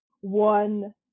One